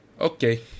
okay